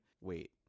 wait